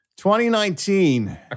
2019